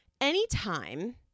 Anytime